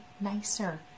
nicer